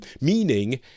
Meaning